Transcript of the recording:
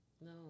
No